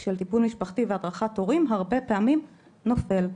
של טיפול משפחתי והדרכת הורים הרבה פעמים נופל.